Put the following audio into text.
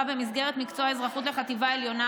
במסגרת מקצוע האזרחות לחטיבה העליונה,